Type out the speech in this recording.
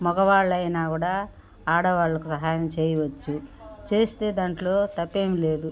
మగవాళ్ళైనా కూడా ఆడవాళ్ళకు సహాయం చేయవచ్చు చేస్తే దాంట్లో తప్పేమీ లేదు